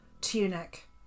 tunic